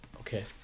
Okay